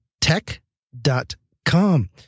Tech.com